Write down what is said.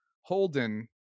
holden